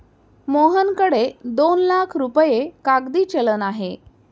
मोहनकडे दोन लाख रुपये कागदी चलन आहे